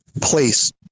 place